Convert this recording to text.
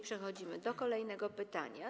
Przechodzimy do kolejnego pytania.